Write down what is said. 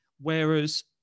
Whereas